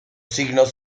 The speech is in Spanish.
signos